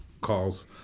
calls